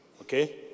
Okay